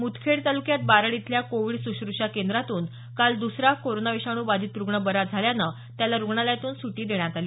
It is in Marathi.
मुदखेड तालुक्यात बारड इथल्या कोविड सुश्रुषा केंद्रातून काल दुसरा कोरोना विषाणू बाधित रूग्ण बरा झाल्यानं त्याला रुग्णालयातून सुटी देण्यात आली